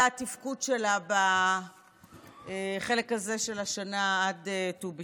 התפקוד שלה בחלק הזה של השנה עד ט"ו בשבט.